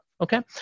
Okay